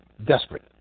Desperate